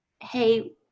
Hey